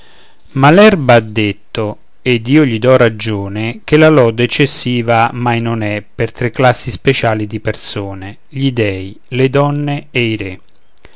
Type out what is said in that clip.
malerba ha detto ed io gli do ragione che la lode eccessiva mai non è per tre classi speciali di persone gli dèi le donne e i